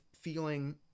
feeling